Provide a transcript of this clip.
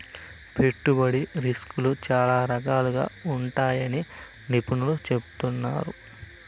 పెట్టుబడి రిస్కులు చాలా రకాలుగా ఉంటాయని నిపుణులు చెబుతున్నారు